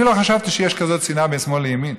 אני לא חשבתי שיש כזאת שנאה בין שמאל לימין,